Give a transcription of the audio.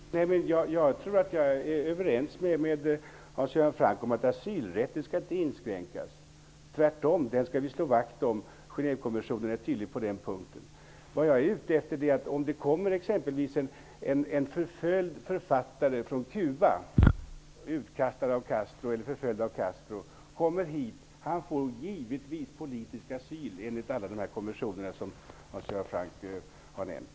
Herr talman! Jag tror att Hans Göran Franck och jag är överens om att asylrätten inte skall inskränkas -- tvärtom; den skall vi slå vakt om. Genèvekonventionen är tydlig på den punkten. Vad jag är ute efter är något annat. Om det exempelvis kommer hit en författare från Cuba som är förföljd av Castro får han givetvis politisk asyl enligt alla de konventioner som Hans Göran Franck har nämnt.